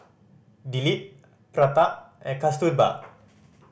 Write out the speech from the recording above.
Dilip Pratap and Kasturba